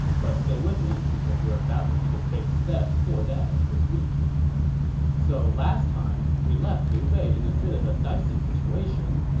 but stay with me, because we're about to take a big step toward that this week so last time, we left liu bei in a bit of a dicey situation.